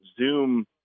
Zoom